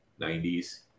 90s